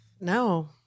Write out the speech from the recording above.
No